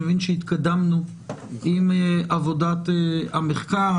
אני מבין שהתקדמנו עם עבודת המחקר.